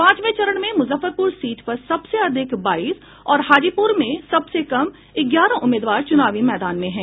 पांचवें चरण में मुजफ्फरपुर सीट पर सबसे अधिक बाईस और हाजीपुर में सबसे कम ग्यारह उम्मीदवार चुनावी मैदान में हैं